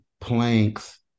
planks